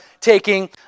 taking